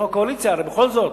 הרי בכל זאת